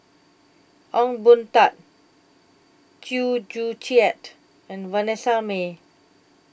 Ong Boon Tat Chew Joo Chiat and Vanessa Mae